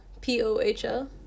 P-O-H-L